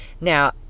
now